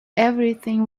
everything